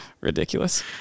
ridiculous